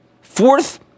Fourth